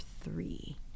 three